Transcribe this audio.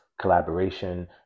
collaboration